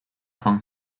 kong